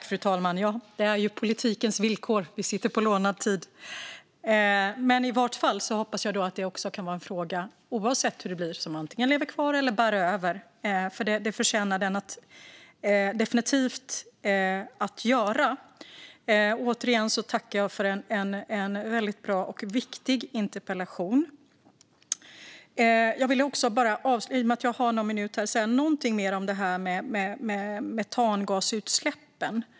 Fru talman! Det är politikens villkor att vi sitter på lånad tid. Men jag hoppas, oavsett hur det blir, att detta kan vara en fråga som antingen lever kvar eller bärs vidare. Det förtjänar den. Återigen tackar jag för en väldigt bra och viktig interpellation. I och med att jag har lite talartid kvar vill jag säga någonting mer om metangasutsläppen.